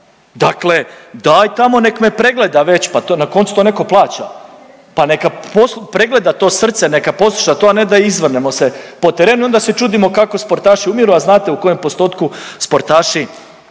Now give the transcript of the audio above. Dakle, daj tamo nek me pregleda već pa na koncu to netko plaća, pa neka pregleda to srce, neka posluša to, a ne da izvrnemo se po terenu i onda se čudimo kako sportaši umiru, a znate u kojem postotku sportaši